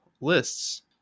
lists